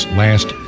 last